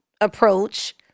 approach